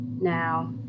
now